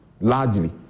largely